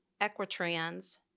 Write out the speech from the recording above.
Equitrans